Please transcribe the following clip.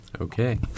okay